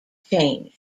changed